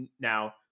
now